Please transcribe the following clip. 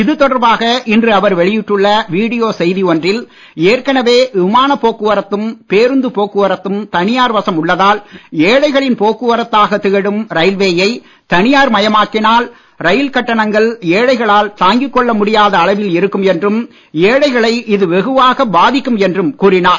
இதுதொடர்பாக இன்று அவர் வெளியிட்டுள்ள வீடியோ செய்தி ஒன்றில் ஏற்கனவே விமானப் போக்குவரத்தும் பேருந்து போக்குவரத்தும் தனியார் வசம் உள்ளதால் ஏழைகளின் போக்குவரத்தாகத் திகழும் ரயில்வேயை தனியார் மயமாக்கினால் ரயில் கட்டணங்கள் ஏழைகளால் தாங்கிக் கொள்ள முடியாத அளவில் இருக்கும் என்றும் ஏழைகளை இது வெகுவாக பாதிக்கும் என்றும் கூறியுள்ளார்